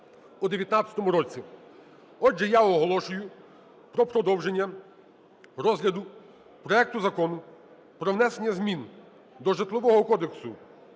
у 2019 році. Отже, я оголошую про продовження розгляду проекту Закону про внесення змін до Житлового кодексу